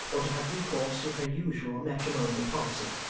or to have recourse to her usual matrimonial policy.